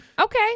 Okay